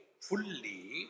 Fully